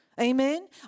Amen